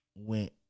Went